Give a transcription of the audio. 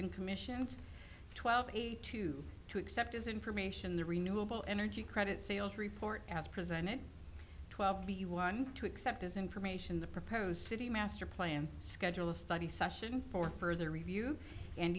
and commissions twelve two to accept as information the renewable energy credit sales report as presented twelve b one to accept as information the proposed city master plan schedule a study session for further review and